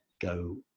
go